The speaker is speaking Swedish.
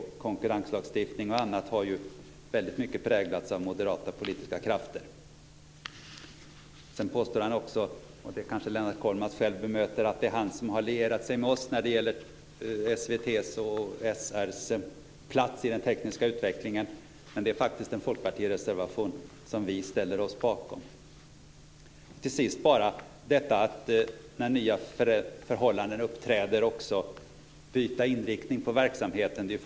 Konkurrenslagstiftning och annat har ju väldigt mycket präglats av moderata politiska krafter. Sedan påstår han också att Lennart Kollmats har lierats sig med oss när det gäller SVT:s och SR:s plats i den tekniska utvecklingen, men det kanske Lennart Kollmats själv bemöter sedan. Men det är faktiskt en folkpartistisk reservation som vi ställer oss bakom. Till sist vill jag bara säga något om detta att också byta inriktning på verksamheten när nya förhållanden uppträder.